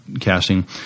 casting